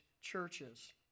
churches